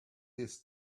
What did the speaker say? this